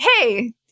hey –